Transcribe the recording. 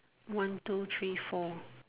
one two three four